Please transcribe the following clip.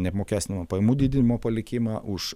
neapmokestinamą pajamų didinimo palikimą už